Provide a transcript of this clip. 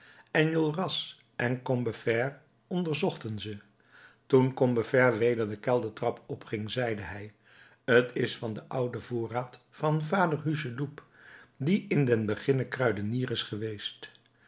enjolras en combeferre onderzochten ze toen combeferre weder de keldertrap opging zeide hij t is van den ouden voorraad van vader hucheloup die in den beginne kruidenier is geweest